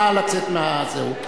נא לצאת מהאולם.